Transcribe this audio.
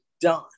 done